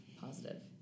positive